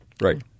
Right